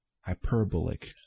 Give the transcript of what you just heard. hyperbolic